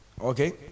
Okay